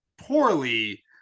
Poorly